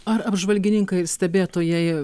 ar apžvalgininkai ir stebėtojai